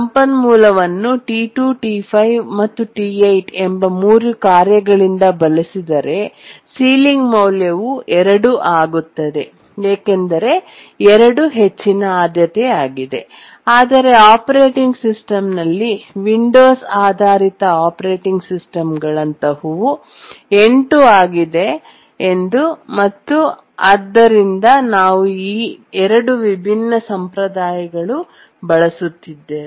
ಸಂಪನ್ಮೂಲವನ್ನು T2 T5 ಮತ್ತು T8 ಎಂಬ 3 ಕಾರ್ಯಗಳಿಂದ ಬಳಸಿದರೆ ಸೀಲಿಂಗ್ ಮೌಲ್ಯವು 2 ಆಗುತ್ತದೆ ಏಕೆಂದರೆ 2 ಹೆಚ್ಚಿನ ಆದ್ಯತೆಯಾಗಿದೆ ಆದರೆ ಆಪರೇಟಿಂಗ್ ಸಿಸ್ಟಂನಲ್ಲಿ ವಿಂಡೋಸ್ ಆಧಾರಿತ ಆಪರೇಟಿಂಗ್ ಸಿಸ್ಟಂಗಳಂತಹವು 8 ಆಗಿದೆ ಮತ್ತು ಆದ್ದರಿಂದ ನಾವು ಈ ಎರಡು ವಿಭಿನ್ನ ಸಂಪ್ರದಾಯಗಳು ಬಳಸುತ್ತಿದ್ದೇವೆ